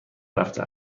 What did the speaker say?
رفته